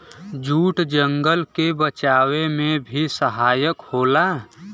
jute जंगल के बचावे में भी सहायक होला